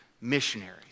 missionaries